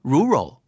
Rural